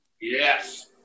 Yes